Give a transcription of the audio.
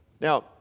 Now